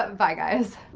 but bye guys